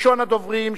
ראשון הדוברים,